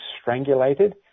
strangulated